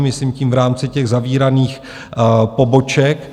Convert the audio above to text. Myslím tím v rámci těch zavíraných poboček.